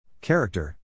Character